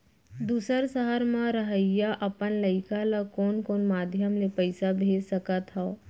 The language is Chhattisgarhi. दूसर सहर म रहइया अपन लइका ला कोन कोन माधयम ले पइसा भेज सकत हव?